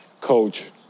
coach